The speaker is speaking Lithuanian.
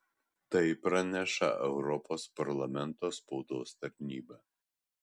tai praneša europos parlamento spaudos tarnyba